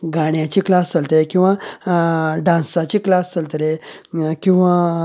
गाण्याचे क्लास चलतले किंवां डान्साचे क्लास चलतले किंवा